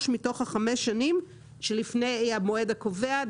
מתוך החמש שנים שלפני המועד הקובע,